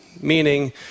Meaning